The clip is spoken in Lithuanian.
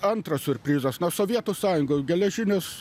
antras siurprizas nuo sovietų sąjungos geležinės